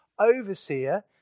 Overseer